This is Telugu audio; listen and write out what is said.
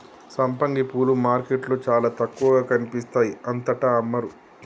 సంపంగి పూలు మార్కెట్లో చాల తక్కువగా కనిపిస్తాయి అంతటా అమ్మరు